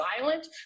violent